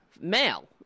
male